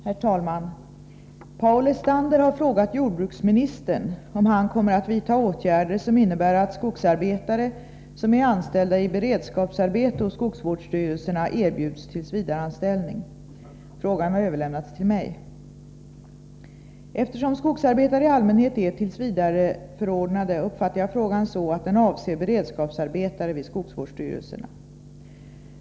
Herr talman! Paul Lestander har frågat jordbruksministern om han kommer att vidta åtgärder som innebär att skogsarbetare som är anställda i beredskapsarbete hos skogsvårdsstyrelserna erbjuds tillsvidareanställning. Frågan har överlämnats till mig. Eftersom skogsarbetare i allmänhet är tillsvidareförordnade, uppfattar jag frågan så, att den avser beredskapsarbetare vid skogsvårdsstyrelserna.